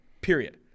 Period